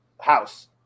house